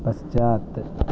पश्चात्